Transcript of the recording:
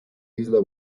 isla